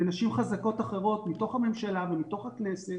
ונשים חזקות אחרות מתוך הממשלה ומתוך הכנסת